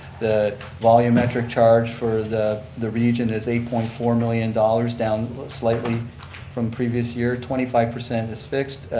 the volume metric charge for the the region is eight point four million dollars, down slightly from previous year. twenty five percent is fixed,